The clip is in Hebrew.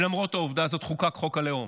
ולמרות העובדה הזאת, חוקק חוק הלאום,